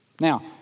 Now